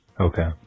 Okay